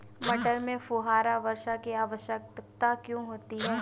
मटर में फुहारा वर्षा की आवश्यकता क्यो है?